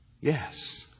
yes